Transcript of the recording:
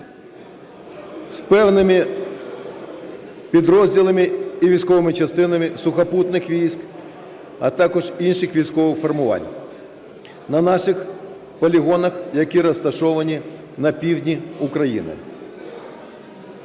з певними підрозділами і військовими частинами Сухопутних військ, а також інших військових формувань, на наших полігонах, які розташовані на півдні України.